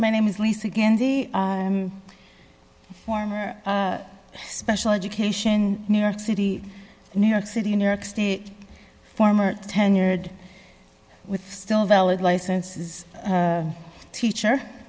my name is lisa gandy former special education new york city new york city new york state former tenured with still valid licenses teacher